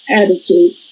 attitude